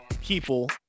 people